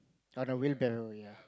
on a wheelbarrow yea